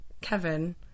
Kevin